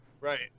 Right